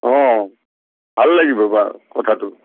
অঁ ভাল লাগিব বাৰু কথাটো